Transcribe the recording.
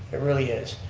it really is.